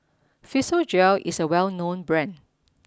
Physiogel is a well known brand